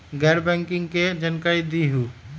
गैर बैंकिंग के जानकारी दिहूँ?